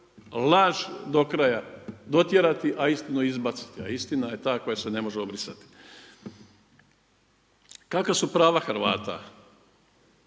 laž do kraja dotjerati a istinu izbaciti, a istina je ta koja se ne može obrisati. Kakva su prava Hrvata?